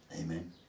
Amen